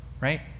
right